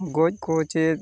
ᱜᱚᱡ ᱠᱚ ᱥᱮ